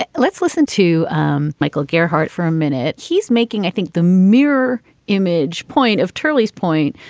ah let's listen to um michael gearhart for a minute. he's making, i think, the mirror image point of turley's point,